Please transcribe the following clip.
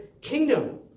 kingdom